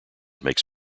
makes